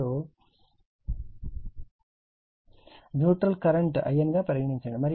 మరియు neutral current In గా పరిగణించండి